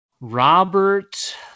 Robert